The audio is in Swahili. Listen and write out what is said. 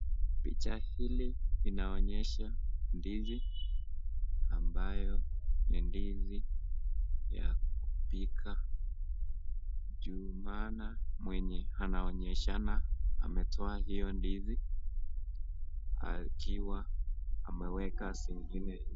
Picha hili linaonyesha ndizi ambayo ni ndizi ya kupika juu maana mwenye anaonyeshana ametoa hio ndizi akiwa ameweka zingine.